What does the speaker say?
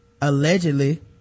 allegedly